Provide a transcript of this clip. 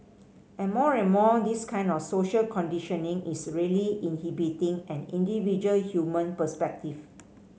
and more and more this kind of social conditioning is really inhibiting an individual human perspective